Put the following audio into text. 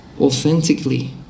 authentically